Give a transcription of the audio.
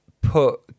put